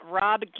Rob